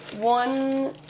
one